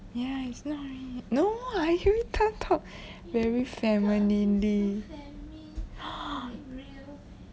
ya it's not me no I everytime talk very femininely